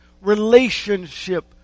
relationship